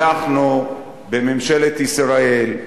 בממשלת ישראל,